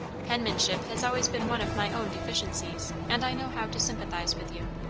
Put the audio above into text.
penmanship has always been one of my own deficiencies, and i know how to sympathize with you.